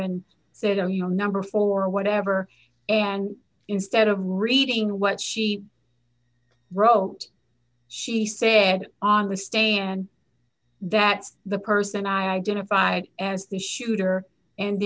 and said oh your number four or whatever and instead of reading what she wrote she say on the stand that the person identified as the shooter and